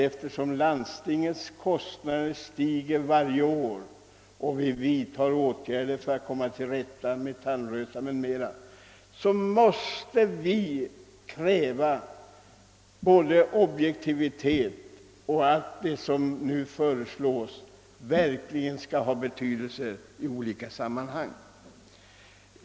Eftersom landstingets kostnader för att komma till rätta med tandrötan stiger med varje år måste vi kräva att det nya institutet verkligen får betydelse och att det visar objektivitet.